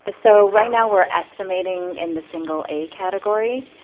ah so right now we're estimating in the single a category